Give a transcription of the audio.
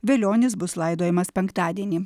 velionis bus laidojamas penktadienį